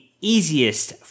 easiest